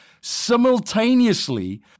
simultaneously